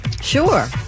sure